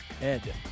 Ed